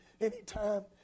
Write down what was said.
Anytime